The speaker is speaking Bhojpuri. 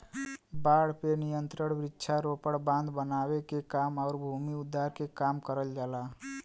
बाढ़ पे नियंत्रण वृक्षारोपण, बांध बनावे के काम आउर भूमि उद्धार के काम करल जाला